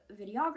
videographer